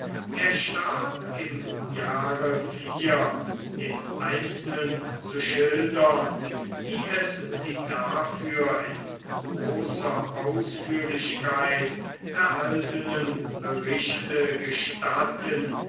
er starb im jahre im einzelnen zu schildern wie es die dafür in großer ausführlichkeit erhaltenen berichte gestatten